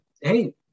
Hey